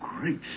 Great